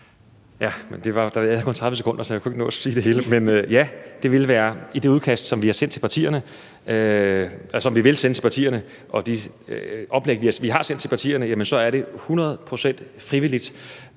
Ja, jeg havde kun 30 sekunder, så jeg kunne ikke nå at sige det hele. Men ja, det vil være i det udkast, som vi vil sende til partierne, og i det oplæg, som vi har sendt til partierne. Det er hundrede procent frivilligt.